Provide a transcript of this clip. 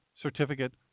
certificate